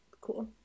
Cool